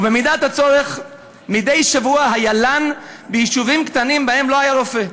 ובמידת הצורך מדי שבוע היה לן ביישובים קטנים שבהם לא היה רופא,